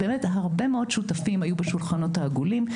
הרבה מאוד שותפים היו בשולחנות העגולים.